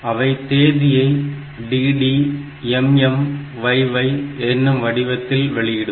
அவை தேதியை dd mm yy என்னும் வடிவத்தில் வெளியிடும்